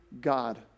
God